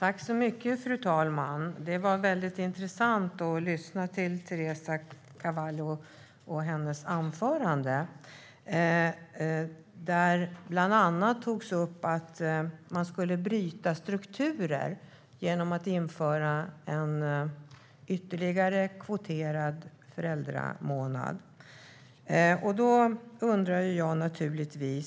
Fru talman! Det var intressant att lyssna på Teresa Carvalhos anförande. Hon tog bland annat upp frågan om att bryta strukturer genom att införa ytterligare en kvoterad föräldramånad.